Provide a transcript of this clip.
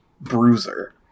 bruiser